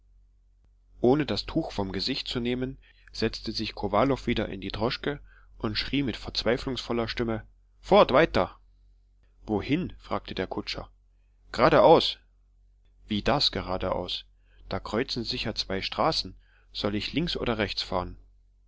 ohne das tuch vom gesicht zu nehmen setzte sich kowalow wieder in die droschke und schrie mit verzweiflungsvoller stimme fort weiter wohin fragte der kutscher gradeaus wie das geradeaus da kreuzen sich ja zwei straßen soll ich rechts oder links fahren